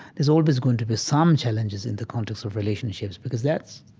there's always going to be some challenges in the context of relationships, because that's,